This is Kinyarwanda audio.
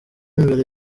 imbere